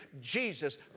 Jesus